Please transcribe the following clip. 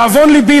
לדאבון לבי,